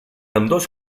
ambdós